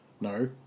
No